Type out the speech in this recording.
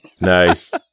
Nice